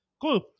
Cool